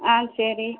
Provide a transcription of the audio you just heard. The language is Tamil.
ஆ சரி